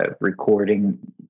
recording